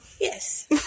Yes